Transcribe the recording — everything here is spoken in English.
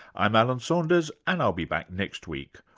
i'm alan saunders and i'll be back next week,